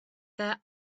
their